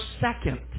second